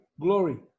Glory